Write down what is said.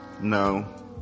No